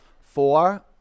four